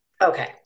Okay